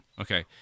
Okay